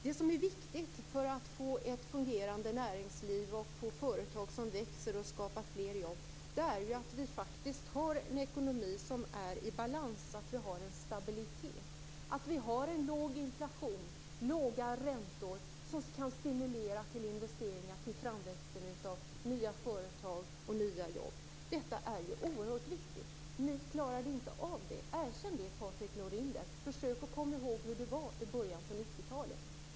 Det som är viktigt för att få ett fungerande näringsliv och företag som växer och skapar fler jobb är att vi har en ekonomi som är i balans, att vi har en stabilitet, att vi har en låg inflation och låga räntor, som kan stimulera till investeringar och till framväxten av nya företag och nya jobb. Detta är oerhört viktigt. Ni klarade inte av det. Erkänn det, Patrik Norinder! Försök komma ihåg hur det var i början på 90 talet.